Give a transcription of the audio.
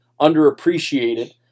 underappreciated